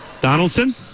Donaldson